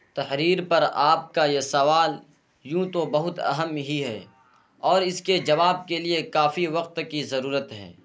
تحریر پر آپ کا یہ سوال یوں تو بہت اہم ہی ہے اور اس کے جواب کے لیے کافی وقت کی ضرورت ہے